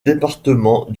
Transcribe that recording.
département